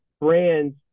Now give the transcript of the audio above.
brands